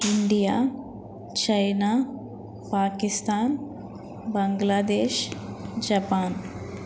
India China Pakistan Bangladesh Japan